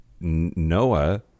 Noah